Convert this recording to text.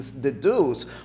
deduce